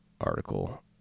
Article